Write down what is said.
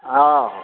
हॅं